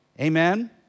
Amen